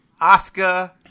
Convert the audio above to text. Oscar